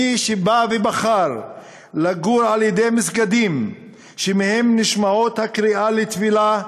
מי שבא ובחר לגור ליד מסגדים שמהם נשמעת הקריאה לתפילה,